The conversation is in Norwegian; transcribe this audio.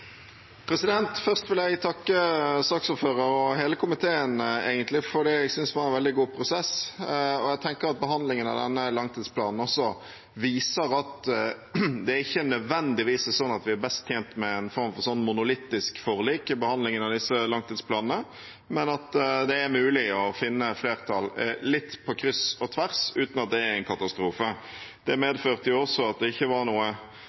langtidsplanen viser at det ikke nødvendigvis er sånn at vi er best tjent med en form for monolittisk forlik i behandlingen av disse langtidsplanene, men at det er mulig å finne flertall litt på kryss og tvers uten at det er en katastrofe. Det medførte også at det ikke var noe